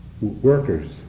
workers